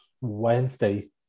Wednesday